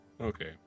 Okay